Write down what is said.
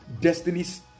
destinies